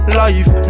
life